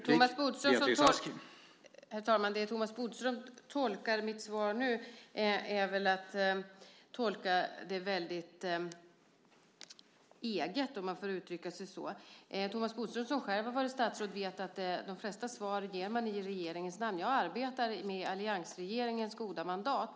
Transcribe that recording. Herr talman! Så som Thomas Bodström tolkar mitt svar nu är väl att tolka det väldigt eget, om man får uttrycka sig så. Thomas Bodström som själv har varit statsråd vet att man ger de flesta svar i regeringens namn. Jag arbetar med alliansregeringens goda mandat.